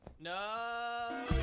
No